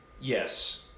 Yes